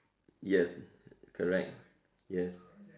yes correct yes